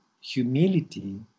humility